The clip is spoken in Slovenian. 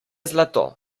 zlato